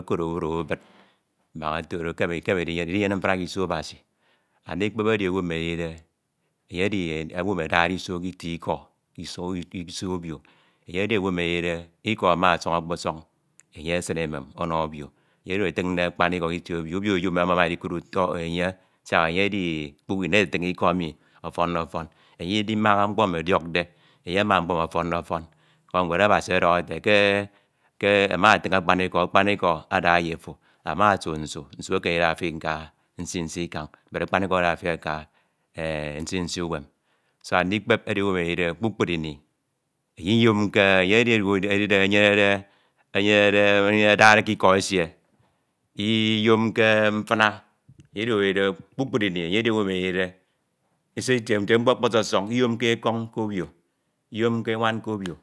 okud obubid obubid mbak otudo idinyene mfina k'isi Abasi. Andikpep edi owu emi edide enye ada isi k'itie iko k'isi ebi, iko ama ọsọñ ọkpọsọñ enye esin emem ono ebi enye edi owu emi atiñde akpaniko k'etie ebi ebi enyeyem e siak enye edi, enye atatiñ iko emi afande fan idimaha mkpo emi ọdiọkde enye ama mkpo emi afande fan koro ñwed Abasi ọdọhọ ke amama akpaniko, akpaniko ada ma ofo, amasu nsu nsu ekare ndida fi nka nsi nsi ikañ bedakpaniko ada fin aka nsi nsi uwem kpukpru ini enye inyomke enye edi owu emi enyenede adade ke iko nsie iyemke mfiña enye edi owu edide nte mkpo ọkpọsọñ k'obio inyomke enwa k'obio